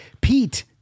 Pete